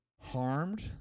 harmed